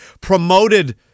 promoted